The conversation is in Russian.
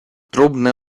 трубная